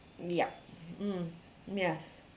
yup mm yes